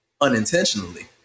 unintentionally